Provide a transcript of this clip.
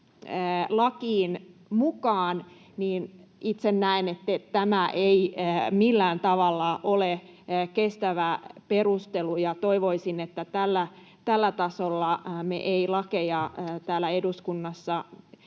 lakiin mukaan, niin itse näen, että tämä ei millään tavalla ole kestävä perustelu. Toivoisin, että tällä tasolla me ei lakeja täällä eduskunnassa